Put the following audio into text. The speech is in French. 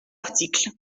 article